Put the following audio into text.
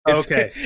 okay